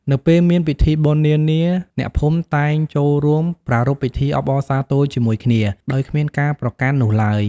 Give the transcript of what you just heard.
នៅពេលមានពិធីបុណ្យនានា អ្នកភូមិតែងចូលរួមប្រារព្ធពិធីអបអរសាទរជាមួយគ្នា ដោយគ្មានការប្រកាន់នោះឡើយ។